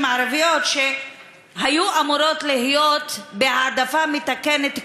הערביות שהיו אמורות להיות בהעדפה מתקנת כפולה,